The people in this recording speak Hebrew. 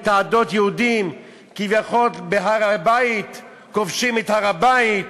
מתעדות יהודים בהר-הבית כביכול כובשים את הר-הבית,